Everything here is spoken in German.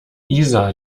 isa